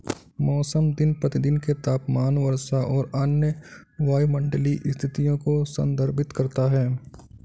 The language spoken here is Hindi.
मौसम दिन प्रतिदिन के तापमान, वर्षा और अन्य वायुमंडलीय स्थितियों को संदर्भित करता है